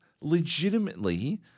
legitimately